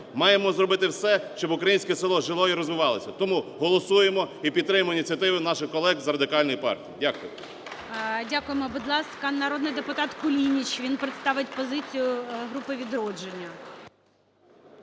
маємо зробити все, щоб українське село жило і розвивалося. Тому голосуємо і підтримуємо ініціативу наших колег з Радикальної партії. Дякуємо. ГОЛОВУЮЧИЙ. Дякуємо. Будь ласка, народний депутат Кулініч він представить позицію групи "Відродження".